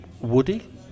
woody